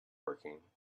working